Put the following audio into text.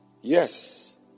yes